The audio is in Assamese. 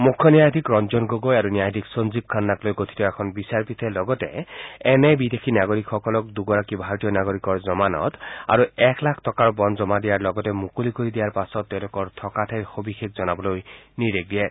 মুখ্য ন্যায়াধীশ ৰঞ্জন গগৈ আৰু ন্যায়াধীশ সঞ্জীৱ খান্নাক লৈ গঠিত এখন বিচাৰপীঠে লগতে এনে বিদেশী নাগৰিকসকলক দুগৰাকী ভাৰতীয় নাগৰিকৰ জমানত আৰু এক লাখ টকাৰ বণ্ড জমা দিয়াৰ লগতে মুকলি কৰি দিয়াৰ পিছত তেওঁলোকৰ থকা ঠাইৰ সবিশেষ জনাবলৈ নিৰ্দেশ দিয়ে